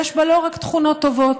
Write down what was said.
יש בה לא רק תכונות טובות,